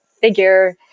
figure